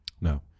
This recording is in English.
No